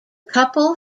couple